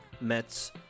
Mets